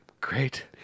Great